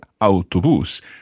autobus